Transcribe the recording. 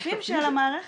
זה שקפים של המערכת.